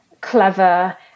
clever